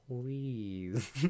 please